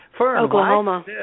Oklahoma